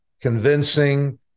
convincing